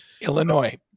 Illinois